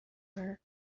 her